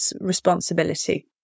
responsibility